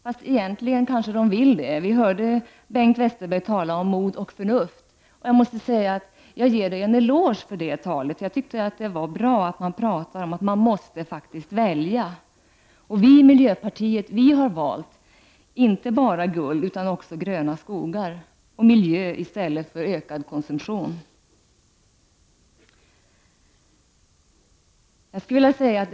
Fast egentligen kanske man vill det. Vi hörde här Bengt Westerberg tala om mod och förnuft. Jag måste ge Bengt Westerberg en eloge för det han sade. Jag tycker att det är bra att man talar om att man faktiskt måste välja. Vi i miljöpartiet har valt inte guld utan gröna skogar och miljö i stället för ökad konsumtion.